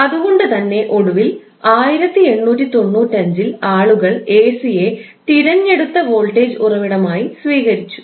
അതുകൊണ്ടു തന്നെ ഒടുവിൽ 1895 ൽ ആളുകൾ എസിയെ തിരഞ്ഞെടുത്ത വോൾട്ടേജ് ഉറവിടമായി സ്വീകരിച്ചു